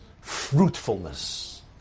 fruitfulness